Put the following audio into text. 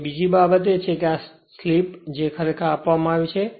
અને બીજી બાબત એ છે કે આ આ સ્લિપ છે તે ખરેખર આપવામાં આવી છે